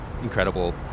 incredible